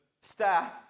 staff